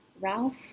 Ralph